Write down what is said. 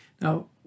Now